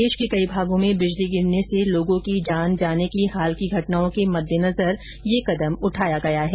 देश के कई भागों में बिजली गिरने से लोगों की जान जाने की हाल की घटनाओं के मद्देनजर यह कदम उठाया गया है